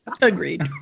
Agreed